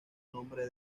nombre